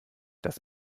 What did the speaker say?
das